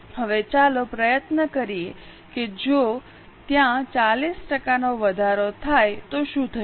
હવે ચાલો પ્રયત્ન કરીએ કે જો ત્યાં 40 ટકાનો વધારો થાય તો શું થશે